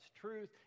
truth